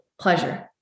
pleasure